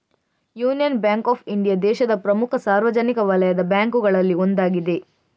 union Bank of India ದೇಶದ ಪ್ರಮುಖ ಸಾರ್ವಜನಿಕ ವಲಯದ ಬ್ಯಾಂಕುಗಳಲ್ಲಿ ಒಂದಾಗಿದೆ